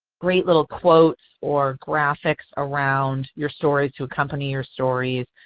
great little quotes or graphics around your stories to accompany your stories.